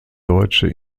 deutsche